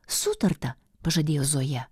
sutarta pažadėjo zoja